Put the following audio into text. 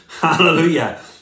Hallelujah